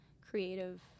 creative